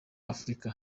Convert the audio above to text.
afurika